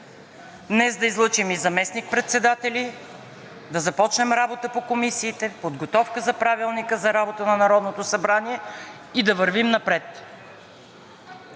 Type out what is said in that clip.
Днес да излъчим и заместник председатели, да започнем работа по комисиите, подготовка за Правилника за работа на Народното събрание и да вървим напред.